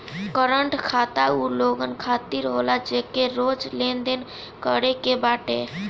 current खाता उ लोगन खातिर होला जेके रोज लेनदेन करे के बाटे